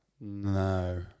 No